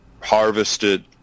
harvested